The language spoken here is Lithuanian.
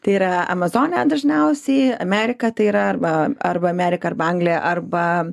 tai yra amazone dažniausiai amerika tai yra arba arba amerika arba anglija arba